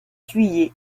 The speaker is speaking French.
juillet